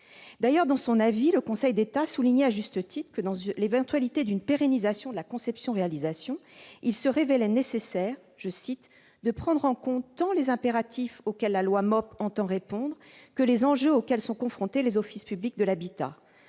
D'ailleurs, dans son avis, le Conseil d'État soulignait à juste titre que, dans l'éventualité d'une pérennisation de la conception-réalisation, il serait nécessaire « de prendre en compte tant les impératifs auxquels la loi MOP entend répondre que les enjeux auxquels sont confrontés les offices publics de l'habitat ».